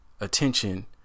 attention